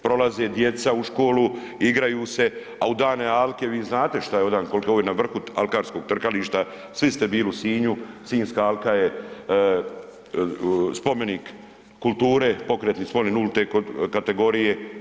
Prolaze djeca u školu, igraju se, a u dane alke vi znate šta je ovdan, ovo je na vrhu alkarskog trkališta, svi ste bili u Sinju, sinjska alka je spomenik kulture, pokretni spomenik nulte kategorije.